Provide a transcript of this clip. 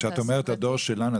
כשאת אומרת הדור שלנו,